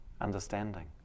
understanding